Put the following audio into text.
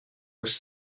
was